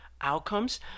outcomes